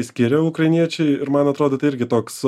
skiria ukrainiečiai ir man atrodo tai irgi toks